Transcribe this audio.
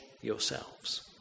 yourselves